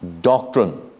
doctrine